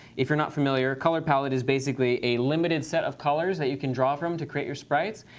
if you're not familiar, color palette is basically a limited set of colors that you can draw from to create your sprites.